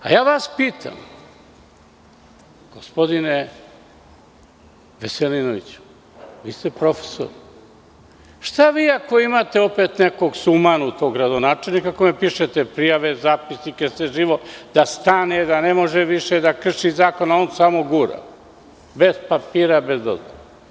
Pitam va,s gospodine Veselinoviću, vi ste profesor, šta vi ako imate opet nekog sumanutog gradonačelnika kojem pišete prijave, zapisnike, sve živo, da stane, da ne može više da krši zakon, a on samo gura, bez papira, bez dozvole?